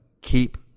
keep